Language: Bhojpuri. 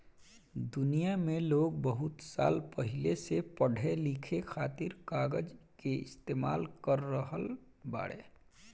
दुनिया में लोग बहुत साल पहिले से पढ़े लिखे खातिर कागज के इस्तेमाल कर रहल बाड़े